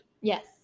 Yes